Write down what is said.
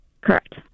Correct